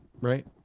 right